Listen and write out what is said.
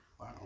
Wow